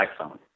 iPhone